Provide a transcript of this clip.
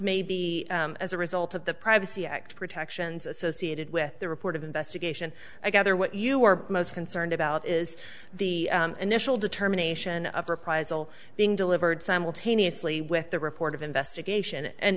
maybe as a result of the privacy act protections associated with the report of investigation i gather what you are most concerned about is the initial determination of reprisal being delivered simultaneously with the report of investigation and